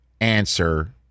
answer